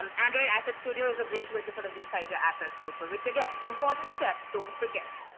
um android asset studio is a great way to sort of resize your assets also, which again, important step, don't forget.